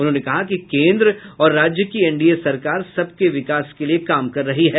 उन्होंने कहा कि केंद्र और राज्य की एनडीए सरकार सबके विकास के लिये काम कर रही है